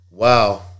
Wow